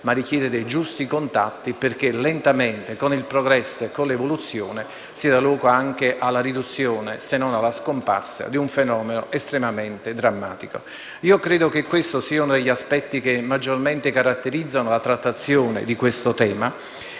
ma anche giusti contatti. Infatti, lentamente con il progresso e con l'evoluzione si dà luogo anche alla riduzione, se non alla scomparsa, di un fenomeno estremamente drammatico. Io credo che questo sia uno degli aspetti che maggiormente caratterizzano la trattazione di questo tema.